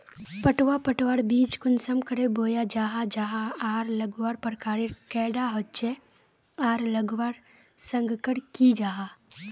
पटवा पटवार बीज कुंसम करे बोया जाहा जाहा आर लगवार प्रकारेर कैडा होचे आर लगवार संगकर की जाहा?